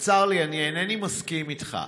צר לי, אני אינני מסכים איתך.